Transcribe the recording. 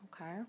Okay